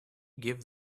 give